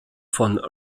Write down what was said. von